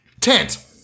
Tent